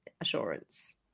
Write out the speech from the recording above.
assurance